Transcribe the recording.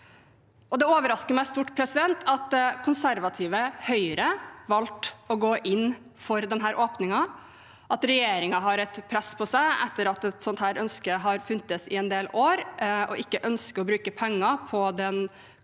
Det overrasker meg stort at konservative Høyre har valgt å gå inn for denne åpningen. At regjeringen har et press på seg etter at et sånt ønske har funnes i en del år, og ikke ønsker å bruke penger på den